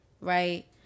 Right